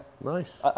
nice